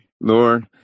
Lord